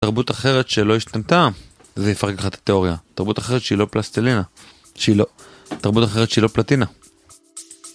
תרבות אחרת שלא השתנתה זה יפרק לך את התיאוריה, תרבות אחרת שהיא לא פלסטלינה, שהיא לא, תרבות אחרת שהיא לא פלטינה.